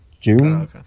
June